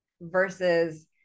versus